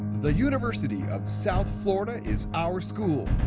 the university of south florida is our school,